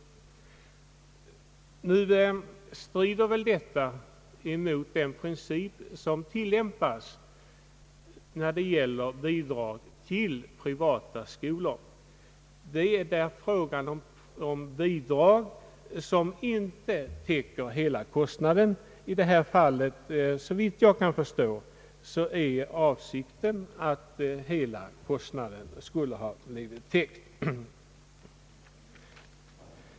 Detta strider väl mot den princip som tillämpas när det gäller bidrag till privata skolor. Det är där fråga om bidrag som inte täcker hela kostnaden. Såvitt jag kan förstå är avsikten i detta fallet att hela kostnaden skulle bli täckt.